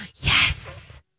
Yes